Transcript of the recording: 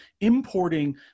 importing